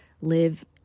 live